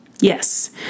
Yes